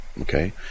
okay